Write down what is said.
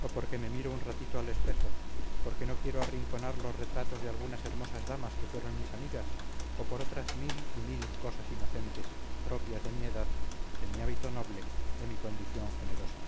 o porque me miro un ratito al espejo porque no quiero arrinconar los retratos de algunas hermosas damas que fueron mis amigas o por otras mil y mil cosas inocentes propias de mi edad de mi hábito noble de mi condición generosa